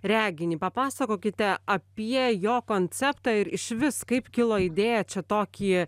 reginį papasakokite apie jo konceptą ir išvis kaip kilo idėja čia tokį